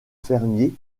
fermier